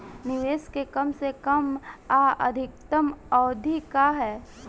निवेश के कम से कम आ अधिकतम अवधि का है?